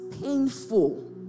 painful